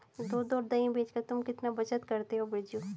दूध और दही बेचकर तुम कितना बचत करते हो बिरजू?